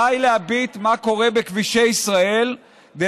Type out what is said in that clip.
די להביט מה קורה בכבישי ישראל כדי